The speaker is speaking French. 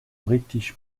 british